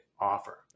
offer